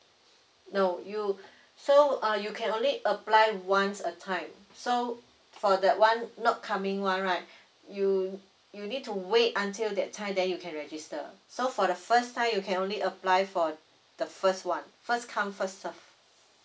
no you so uh you can only apply once a time so for that one not coming one right you you need to wait until that time then you can register so for the first time you can only apply for the first one first come first serve